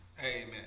Amen